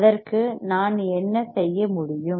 அதற்கு நான் என்ன செய்ய முடியும்